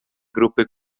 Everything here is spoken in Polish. grupy